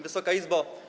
Wysoka Izbo!